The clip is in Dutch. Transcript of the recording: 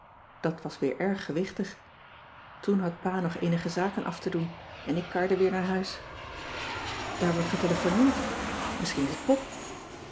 dat was weer erg gewichtig toen had pa nog eenige zaken af te doen en ik karde weer naar huis daar wordt getelefoneerd misschien is het pop